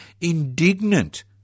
indignant